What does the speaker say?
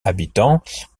habitants